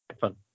fun